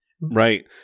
Right